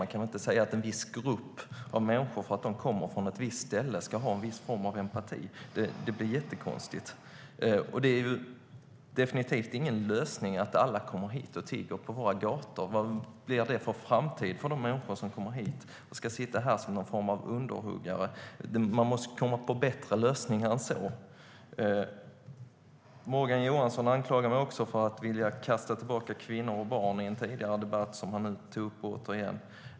Man kan inte säga att en viss grupp av människor ska ha en viss form av empati därför att de kommer från ett visst ställe. Det blir jättekonstigt. Det är definitivt ingen lösning att alla kommer hit och tigger på våra gator. Vad blir det för framtid för de människor som kommer hit och som får sitta här som någon form av underhuggare? Man måste komma på bättre lösningar än så. Morgan Johansson anklagar mig också för att vilja kasta tillbaka kvinnor och barn. Det var en tidigare debatt som han åter tog upp.